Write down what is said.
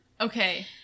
Okay